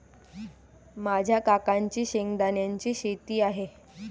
माझ्या काकांची शेंगदाण्याची शेती आहे